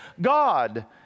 God